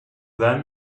then